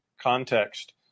context